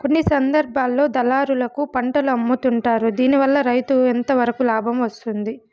కొన్ని సందర్భాల్లో దళారులకు పంటలు అమ్ముతుంటారు దీనివల్ల రైతుకు ఎంతవరకు లాభం వస్తుంది?